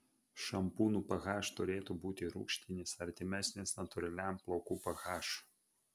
šampūnų ph turėtų būti rūgštinis artimesnis natūraliam plaukų ph